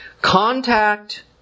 contact